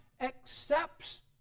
accepts